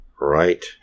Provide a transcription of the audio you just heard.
Right